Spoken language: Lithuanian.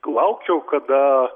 laukiau kada